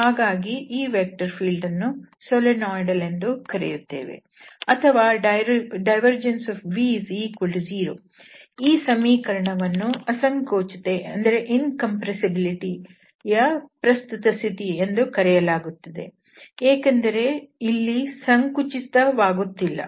ಹಾಗಾಗಿ ಈ vector field ಅನ್ನು ಸೊಲೆನಾಯ್ಡಲ್ ಎಂದು ಕರೆಯುತ್ತೇವೆ ಅಥವಾ div v 0 ಈ ಸಮೀಕರಣವನ್ನು ಅಸಂಕೋಚತೆ ಪ್ರಸ್ತುತ ಸ್ಥಿತಿ ಎಂದು ಕರೆಯಲಾಗುತ್ತದೆ ಏಕೆಂದರೆ ಇಲ್ಲಿ ಸಂಕುಚಿತವಾಗುತ್ತಿಲ್ಲ